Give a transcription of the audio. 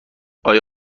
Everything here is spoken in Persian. آیا